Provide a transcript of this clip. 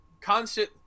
constant